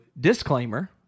disclaimer